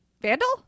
Vandal